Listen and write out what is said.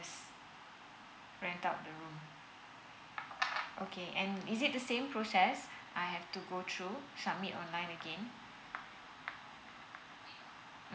rent out the room okay and is it the same process I have to go through submit online again